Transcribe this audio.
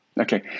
Okay